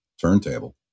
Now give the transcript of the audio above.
turntable